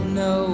no